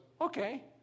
okay